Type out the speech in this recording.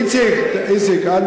איציק,